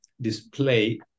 display